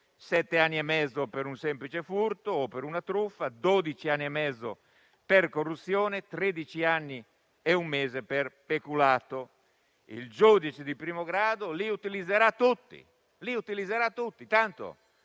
sette anni e mezzo per un semplice furto o per una truffa, dodici anni e mezzo per corruzione, tredici anni e un mese per peculato. Il giudice di primo grado li utilizzerà tutti, tanto